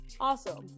Awesome